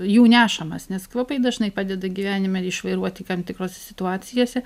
jų nešamas nes kvapai dažnai padeda gyvenime išvairuoti tam tikrose situacijose